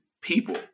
people